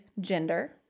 gender